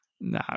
No